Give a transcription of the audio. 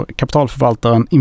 kapitalförvaltaren